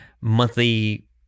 monthly